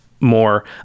more